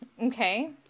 okay